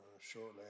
Shortly